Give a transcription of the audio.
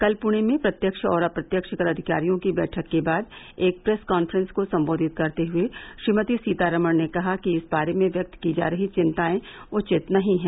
कल पुणे में प्रत्यक्ष और अप्रत्यक्ष कर अधिकारियों की बैठक के बाद एक प्रेस काफ्रॅस को सम्बोधित करते हुए श्रीमती सीतारामन ने कहा कि इस बारे में व्यक्त की जा रही चिन्ताएं उचित नहीं हैं